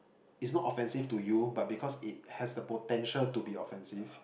is not offensive to you but because it has the potential to be offensive